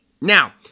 Now